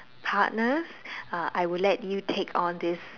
partners uh I would let you take on this